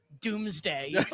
doomsday